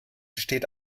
steht